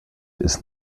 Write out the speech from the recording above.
ist